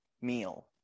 meal